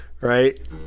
right